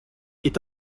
est